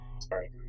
Sorry